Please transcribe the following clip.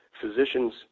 physicians